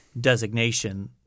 designation